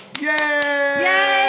Yay